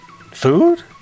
Food